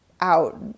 out